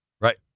Right